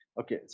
Okay